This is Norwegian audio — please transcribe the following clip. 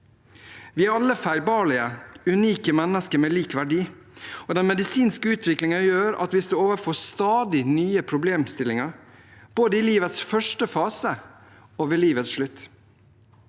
Vi er alle feilbarlige, unike mennesker med lik verdi. Den medisinske utviklingen gjør at vi står overfor stadig nye problemstillinger, både i livets første fase og ved livets slutt.